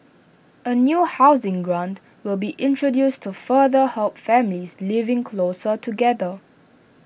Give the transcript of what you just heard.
A new housing grant will be introduced to further help families living closer together